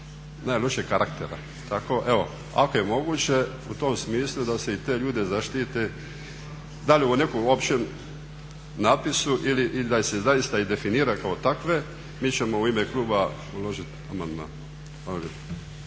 najlošijeg karaktera. Tako, evo ako je moguće, u tom smislu da se i te ljude zaštiti da li u nekom općem napisu ili da ih se zaista i definira kao takve, mi ćemo u ime kluba uložiti